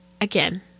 again